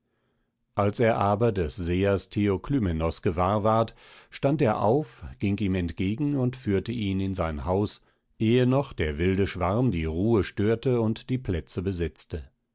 als er aber des sehers theoklymenos gewahr ward stand er auf ging ihm entgegen und führte ihn in sein haus ehe noch der wilde schwarm die ruhe störte und die plätze besetzte